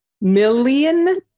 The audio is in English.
million